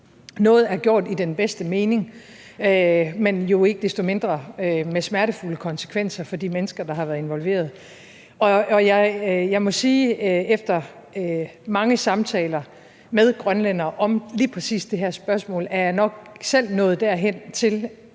Noget er gjort i den bedste mening, men jo ikke desto mindre med smertefulde konsekvenser for de mennesker, der har været involveret. Jeg må sige efter mange samtaler med grønlændere om lige præcis det her spørgsmål, at jeg nok selv er nået dertil, at